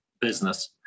business